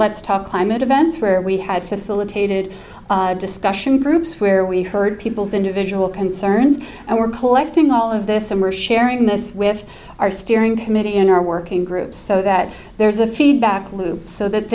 let's talk climate events where we had facilitated discussion groups where we heard people's individual concerns and we're collecting all of this summer sharing this with our steering committee in our working group so that there's a feedback loop so that